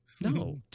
No